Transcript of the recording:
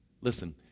Listen